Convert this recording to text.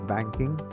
Banking